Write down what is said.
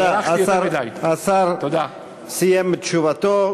השר סיים את תשובתו.